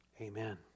Amen